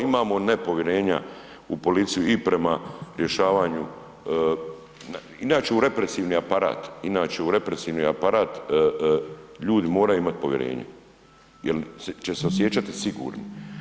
Imamo nepovjerenja u policiju i prema rješavanja, inače u represivni aparat, inače u represivni aparat ljudi moraju imati povjerenja jer će se osjećati sigurno.